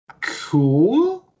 cool